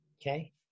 okay